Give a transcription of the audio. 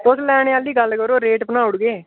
तुस लैने आह्ली गल्ल करो रेट बनाई ओड़गे